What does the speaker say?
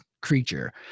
creature